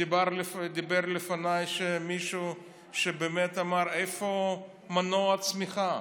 דיבר לפניי מישהו שבאמת אמר: "איפה מנוע הצמיחה"?